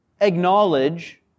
acknowledge